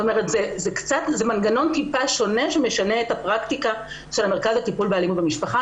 זה מנגנון מעט שונה שמשנה את הפרקטיקה של המרכז לטיפול באלימות במשפחה.